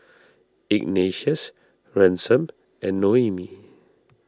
Ignatius Ransom and Noemie